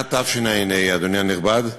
אדוני הנכבד,